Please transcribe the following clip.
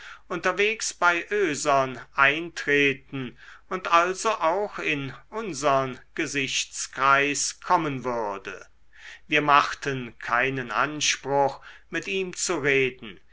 unterwegs bei oesern eintreten und also auch in unsern gesichtskreis kommen würde wir machten keinen anspruch mit ihm zu reden